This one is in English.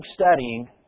studying